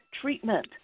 treatment